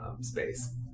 space